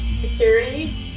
security